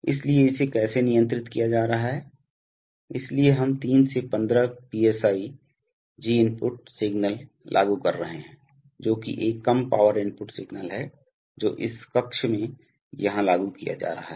इसलिए इसे कैसे नियंत्रित किया जा रहा है इसलिए हम 3 से 15 PSIG इनपुट सिग्नल लागू कर रहे हैं जो कि एक कम पावर इनपुट सिग्नल है जो इस कक्ष में यहां लागू किया जा रहा है